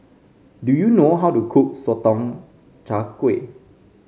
do you know how to cook Sotong Char Kway